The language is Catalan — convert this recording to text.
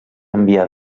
enviar